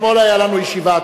אתמול היתה לנו ישיבה,